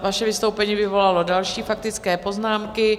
Vaše vystoupení vyvolalo další faktické poznámky.